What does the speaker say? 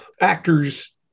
actors